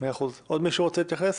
עוד מישהו רוצה להתייחס?